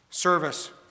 Service